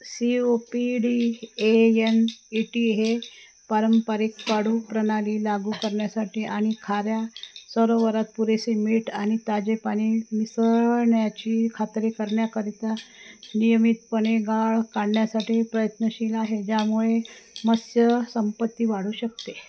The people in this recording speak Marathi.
C O P D A N E T हे पारंपरिक पाडूप्रणाली लागू करण्यासाठी आणि खाऱ्या सरोवरात पुरेसे मीठ आणि ताजे पाणी मिसळण्याची खात्री करण्याकरिता नियमितपणे गाळ काढण्यासाठी प्रयत्नशील आहे ज्यामुळे मत्स्यसंपत्ती वाढू शकते